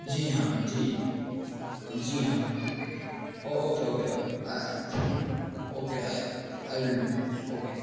جی ہاں جی جی ہاں okay okay okay okay I will do okay